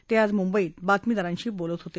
ते आज मुंबईत बातमीदारांशी बोलत होते